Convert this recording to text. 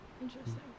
Interesting